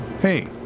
Hey